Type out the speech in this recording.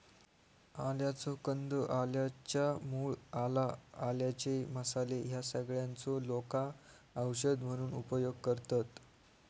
आल्याचो कंद, आल्याच्या मूळ, आला, आल्याचे मसाले ह्या सगळ्यांचो लोका औषध म्हणून उपयोग करतत